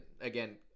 again